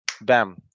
bam